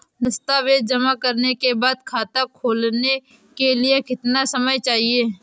दस्तावेज़ जमा करने के बाद खाता खोलने के लिए कितना समय चाहिए?